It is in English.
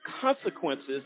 consequences